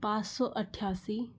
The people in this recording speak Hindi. पाँच सौ आठसी